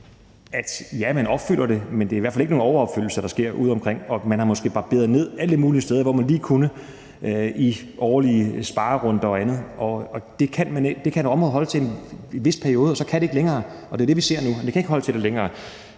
at ja, man opfylder det, men det er i hvert fald ikke nogen overopfyldelse, der sker udeomkring. Og man har måske barberet ned alle mulige steder, hvor man lige kunne, i årlige sparerunder og andet. Og det kan et område holde til en vis periode, og så kan det ikke længere. Det er det, vi ser nu. Det kan ikke holde til det længere.